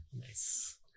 Nice